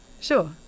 sure